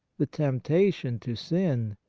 the temptation to sin,